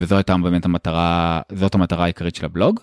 וזאת היתה באמת המטרה, זאת המטרה העיקרית של הבלוג.